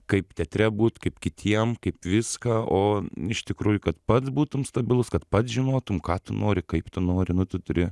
kaip teatre būt kaip kitiem kaip viską o iš tikrųjų kad pats būtum stabilus kad pats žinotum ką tu nori kaip tu nori nu tu turi